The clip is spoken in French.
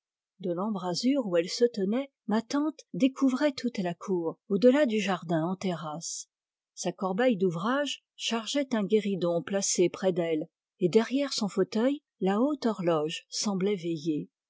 de l'embrasure où elle se tenait ma tante découvrait toute la cour au delà du jardin en terrasse sa corbeille d'ouvrage chargeait un guéridon placé près d'elle et derrière son fauteuil la haute horloge semblait veiller